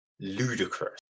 ludicrous